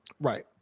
Right